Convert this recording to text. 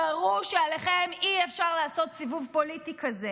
תראו שעליכם אי-אפשר לעשות סיבוב פוליטי כזה,